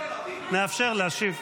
ונאפשר להשיב,